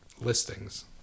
listings